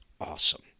awesome